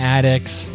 Addicts